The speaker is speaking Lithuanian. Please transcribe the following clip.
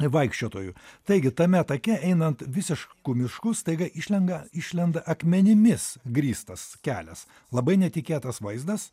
vaikščiotojų taigi tame take einant visišku mišku staiga išlenga išlenda akmenimis grįstas kelias labai netikėtas vaizdas